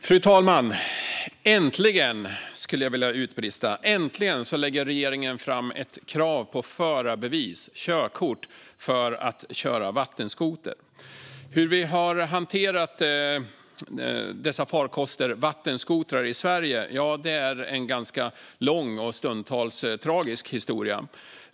Fru talman! "Äntligen!" skulle jag vilja utbrista. Äntligen lägger regeringen fram ett krav på förarbevis, körkort, för att få köra vattenskoter. Hur vi har hanterat dessa farkoster, vattenskotrar, i Sverige är en ganska lång och stundtals tragisk historia.